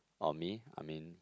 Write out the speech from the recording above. on me I mean